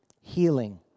healing